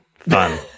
Fun